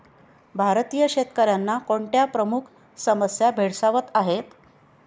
भारतीय शेतकऱ्यांना कोणत्या प्रमुख समस्या भेडसावत आहेत?